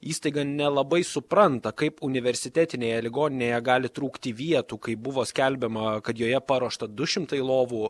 įstaiga nelabai supranta kaip universitetinėje ligoninėje gali trūkti vietų buvo skelbiama kad joje paruošta du šimtai lovų